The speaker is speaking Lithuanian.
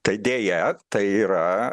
tai deja tai yra